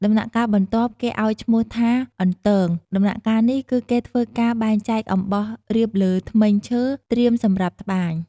ដំណាក់កាលបន្ទាប់គេឲ្យឈ្មោះថាអន្ទង ដំណាក់កាលនេះគឹគេធ្វើការបែងចែកអំបោះរៀបលើធ្មេញឈើត្រៀមសម្រាប់ត្បាញ។